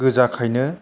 गोजा खायनो